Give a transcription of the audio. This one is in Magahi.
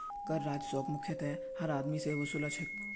कर राजस्वक मुख्यतयः हर आदमी स वसू ल छेक